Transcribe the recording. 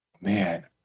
Man